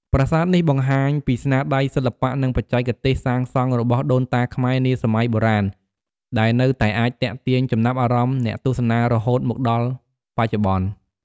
ប្រាសាទនេះបង្ហាញពីស្នាដៃសិល្បៈនិងបច្ចេកទេសសាងសង់របស់ដូនតាខ្មែរនាសម័យបុរាណ ដែលនៅតែអាចទាក់ទាញចំណាប់អារម្មណ៍អ្នកទស្សនារហូតមកដល់បច្ចុប្បន្ន។